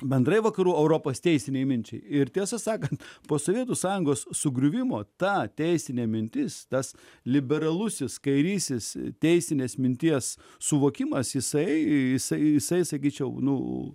bendrai vakarų europos teisinei minčiai ir tiesą sakant po sovietų sąjungos sugriuvimo ta teisinė mintis tas liberalusis kairysis teisinės minties suvokimas jisai jisai sakyčiau nu